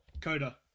Coda